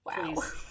wow